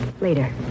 Later